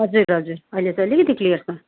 हजुर हजुर अहिले त अलिकति क्लियर छ